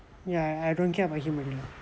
ya I don't care about him already